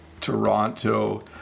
Toronto